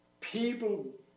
people